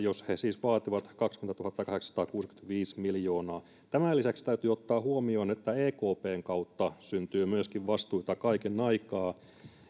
jos he siis vaativat yhteensä tämmöinen summa kuin kaksikymmentätuhattakahdeksansataakuusikymmentäviisi miljoonaa tämän lisäksi täytyy ottaa huomioon että ekpn kautta syntyy myöskin vastuita kaiken aikaa